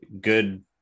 good